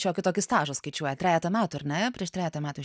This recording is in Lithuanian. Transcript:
šiokį tokį stažą skaičiuoja trejetą metų ar ne prieš trejetą metų